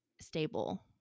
stable